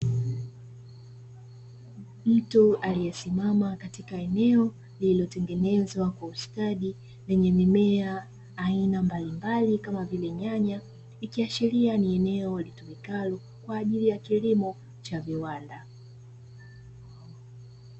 Mtu aliye simama katika eneo lililotengenezwa kwa ustadi, lenye mimea aina mbalimbali kama vile nyanya. Ikiashiria ni eneo litumikalo kwaajili ya kilimo cha viwanda.